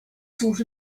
sort